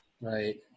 Right